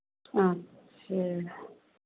अच्छा